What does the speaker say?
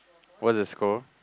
what's the score